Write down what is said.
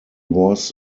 was